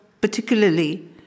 particularly